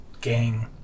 gang